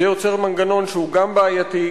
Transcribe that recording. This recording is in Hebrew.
זה יוצר מנגנון שהוא גם בעייתי,